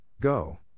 Go